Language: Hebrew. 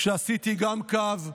כשעשיתי גם קו,